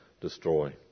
Destroy